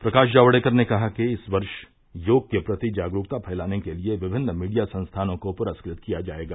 प्रकाश जावड़ेकर ने कहा कि इस वर्ष योग के प्रति जागरूकता फैलाने के लिए विमिन्न मीडिया संस्थानों को प्रस्कृत किया जायेगा